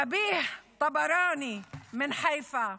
נביה טבראני מחיפה,